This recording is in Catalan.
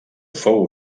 fou